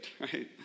right